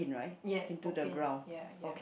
yes Hokkien ya ya